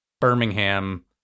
Birmingham